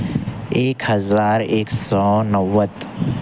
ایک ہزار ایک سو نوے